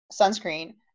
sunscreen